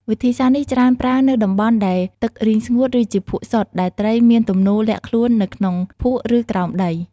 វិធីសាស្ត្រនេះច្រើនប្រើនៅតំបន់ដែលទឹករីងស្ងួត ឬជាភក់សុទ្ធ ដែលត្រីមានទំនោរលាក់ខ្លួននៅក្នុងភក់ ឬក្រោមដី។